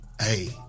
hey